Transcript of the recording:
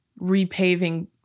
repaving